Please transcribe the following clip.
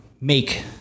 make